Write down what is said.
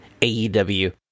AEW